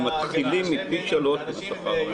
אנחנו מתחילים מפי שלושה מהשכר הממוצע.